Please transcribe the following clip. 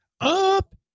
Up